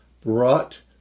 brought